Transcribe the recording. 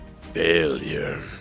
Failure